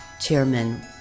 Chairman